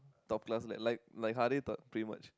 top class like like Harrith ah pretty much